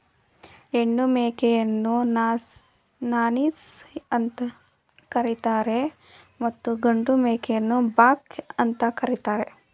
ಹೆಣ್ಣು ಮೇಕೆಯನ್ನು ನಾನೀಸ್ ಅಂತ ಕರಿತರೆ ಮತ್ತು ಗಂಡು ಮೇಕೆನ ಬಕ್ ಅಂತ ಕರಿತಾರೆ